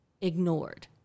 ignored